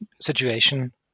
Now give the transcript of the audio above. situation